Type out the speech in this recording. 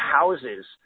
houses